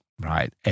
Right